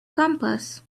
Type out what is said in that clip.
compass